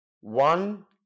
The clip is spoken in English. one